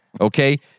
Okay